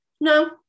No